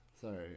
Sorry